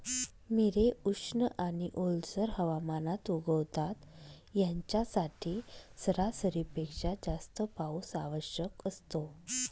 मिरे उष्ण आणि ओलसर हवामानात उगवतात, यांच्यासाठी सरासरीपेक्षा जास्त पाऊस आवश्यक असतो